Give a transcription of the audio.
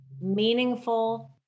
meaningful